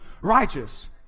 righteous